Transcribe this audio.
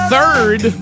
Third